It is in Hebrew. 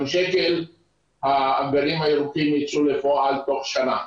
שקל האגנים הירוקים ייצאו לפועל תוך שנה.